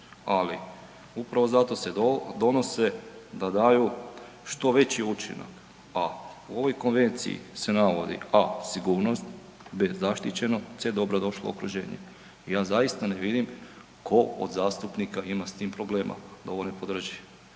ali upravo zato se donose da daju što veći učinak, a u ovoj Konvenciji se navodi a) sigurno, b) zaštićeno, c) dobrodošlo okruženje. Ja zaista ne vidim tko od zastupnika ima s tim problema da ovo ne podrži.